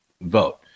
vote